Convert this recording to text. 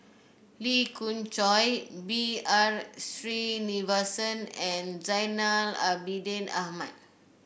Lee Khoon Choy B R Sreenivasan and Zainal Abidin Ahmad